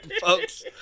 folks